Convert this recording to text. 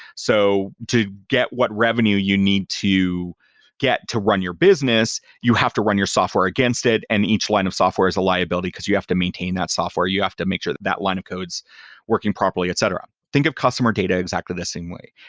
so to get what revenue you need to get to run your business, you have to run your software against it and each line of software is a liability, because you have to maintain that software. you have to make sure that line of code is working properly, etc. think of customer data exactly the same way.